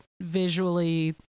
visually